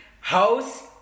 house